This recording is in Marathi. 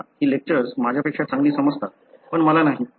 त्याला ही लेक्चर्स माझ्यापेक्षा चांगली समजतात पण मला नाही